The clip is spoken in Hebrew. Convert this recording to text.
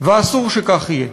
ואסור שכך יהיה.